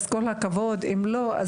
כל הכבוד ואם לא,